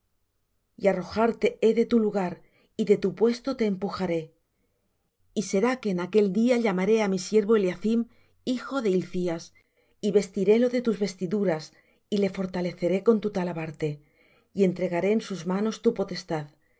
y arrojarte he de tu lugar y de tu puesto te empujaré y será que en aquel día llamaré á mi siervo eliacim hijo de hilcías y vestirélo de tus vestiduras y le fortaleceré con tu talabarte y entregaré en sus manos tu potestad y